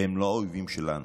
הם לא האויבים שלנו.